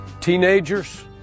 Teenagers